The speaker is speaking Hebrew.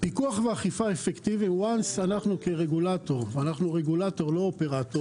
פיקוח ואכיפה אפקטיביים אנחנו כרגולטור ולא אופרטור